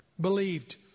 believed